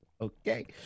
Okay